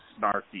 snarky